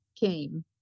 came